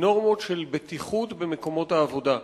נורמות של בטיחות במקומות העבודה.